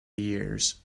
years